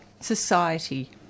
society